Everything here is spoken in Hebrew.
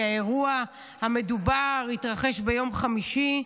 כי האירוע המדובר התרחש ביום חמישי.